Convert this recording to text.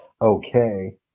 okay